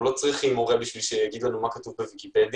אנחנו לא צריכים מורה כדי שיגיד לנו מה כתוב בוויקיפדיה,